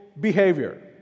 behavior